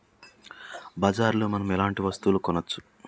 బజార్ లో మనం ఎలాంటి వస్తువులు కొనచ్చు?